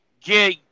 get